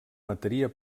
mataria